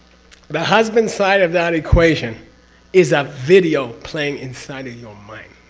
but husband side of that equation is a video playing inside of your mind.